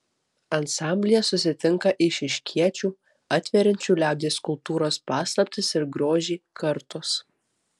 ansamblyje susitinka eišiškiečių atveriančių liaudies kultūros paslaptis ir grožį kartos